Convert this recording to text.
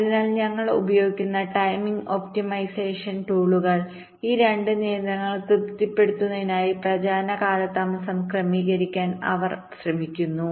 അതിനാൽ ഞങ്ങൾ ഉപയോഗിക്കുന്ന ടൈമിംഗ് ഒപ്റ്റിമൈസേഷൻ ടൂളുകൾ ഈ 2 നിയന്ത്രണങ്ങൾ തൃപ്തിപ്പെടുത്തുന്നതിനായി പ്രചാരണ കാലതാമസം ക്രമീകരിക്കാൻ അവർ ശ്രമിക്കുന്നു